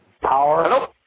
power